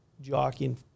jockeying